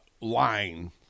line